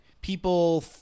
people